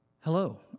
Hello